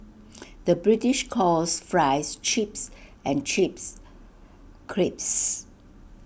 the British calls Fries Chips and Chips Crisps